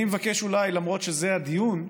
אני מבקש אולי, למרות שזה לא הדיון,